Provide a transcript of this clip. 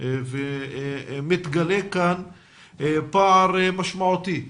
ומתגלה כאן פער משמעותי,